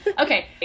Okay